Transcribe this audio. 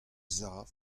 sav